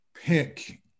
pick